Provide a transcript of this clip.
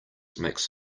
makes